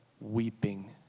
weeping